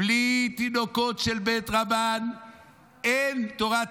בלי תינוקות של בית רבן אין תורה.